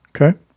Okay